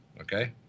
okay